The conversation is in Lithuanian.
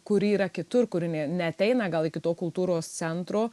kuri yra kitur kuri ne neateina gal iki to kultūros centro